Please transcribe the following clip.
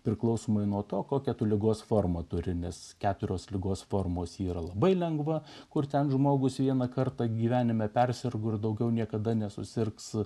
priklausomai nuo to kokia tu ligos forma turi nes keturios ligos formos yra labai lengva kur ten žmogus vieną kartą gyvenime persirgus daugiau niekada nesusirgs